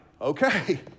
okay